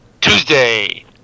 Tuesday